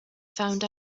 found